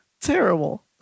Terrible